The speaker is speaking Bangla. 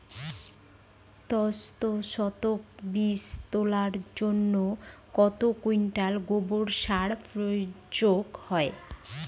দশ শতক বীজ তলার জন্য কত কুইন্টাল গোবর সার প্রয়োগ হয়?